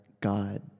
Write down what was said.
God